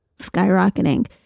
skyrocketing